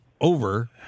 over